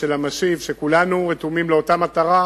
ושל המשיב, שכולנו רתומים לאותה מטרה: